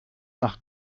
nach